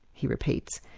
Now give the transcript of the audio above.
he repeats,